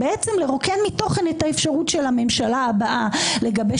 לרוקן מתוכן את האפשרות של הממשלה הבאה לגבש